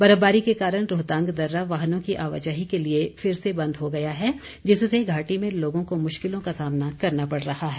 बर्फबारी के कारण रोहतांग दर्रा वाहनों की आवाजाही के लिए फिर से बंद हो गया है जिससे घाटी में लोगों को मुश्किलों का सामना करना पड़ रहा है